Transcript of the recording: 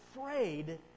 afraid